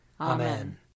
Amen